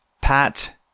Pat